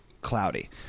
cloudy